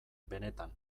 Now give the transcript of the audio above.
benetan